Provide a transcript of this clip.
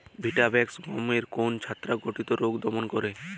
Vitavax গমের কোন ছত্রাক ঘটিত রোগ দমন করে?